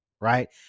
Right